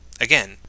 Again